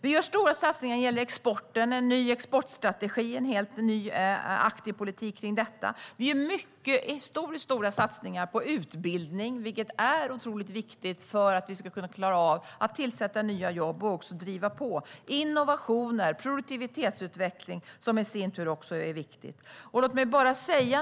Vi gör stora satsningar på exporten med en ny exportstrategi och en helt ny aktiv politik. Vi gör historiskt stora satsningar på utbildning, vilket är otroligt viktigt för att vi ska kunna klara av att tillsätta jobb och driva på innovationer och produktivitetsutveckling, vilket i sin tur också är viktigt.